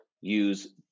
use